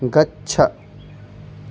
गच्छ